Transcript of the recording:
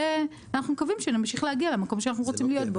ואנחנו מקווים שנמשיך להגיע למקום שאנחנו רוצים להיות בו.